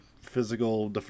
physical